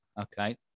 okay